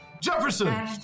Jefferson